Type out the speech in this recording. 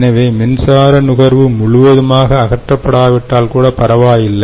எனவே மின்சார நுகர்வு முழுவதுமாக அகற்றப்படாவிட்டால் கூட பரவாயில்லை